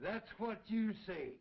that's what you say